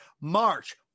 March